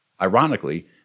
Ironically